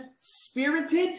spirited